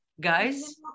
guys